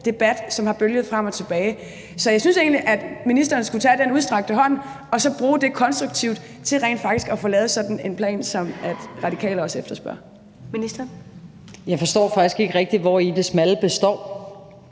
debat, som har bølget frem og tilbage. Så jeg synes egentlig, at ministeren skulle tage den udstrakte hånd og bruge det konstruktivt til rent faktisk at få lavet sådan en plan, som Radikale også efterspørger. Kl. 17:29 Første næstformand (Karen Ellemann):